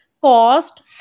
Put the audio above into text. cost